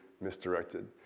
misdirected